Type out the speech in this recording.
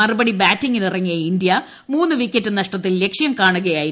മറുപടി ബാറ്റിംഗിനിറങ്ങിയ ഇന്ത്യ മൂന്ന് വിക്കറ്റ് നഷ്ടത്തിൽ ലക്ഷ്യം കാണുകയായിരുന്നു